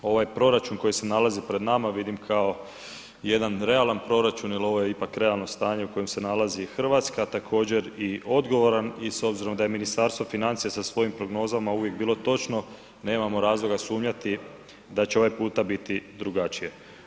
Ovaj proračun koji se nalazi pred nama vidim kao jedan realan proračun jer ovo je ipak realno stanje u kojem se nalazi Hrvatska, također, i odgovoran i s obzirom da je Ministarstvo financija sa svojim prognozama uvijek bilo točno, nemamo razloga sumnjati da će ovaj puta biti drugačije.